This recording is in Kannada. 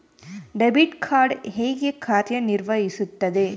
ಡೆಬಿಟ್ ಕಾರ್ಡ್ ಹೇಗೆ ಕಾರ್ಯನಿರ್ವಹಿಸುತ್ತದೆ?